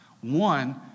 One